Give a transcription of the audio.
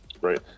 right